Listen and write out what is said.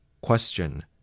Question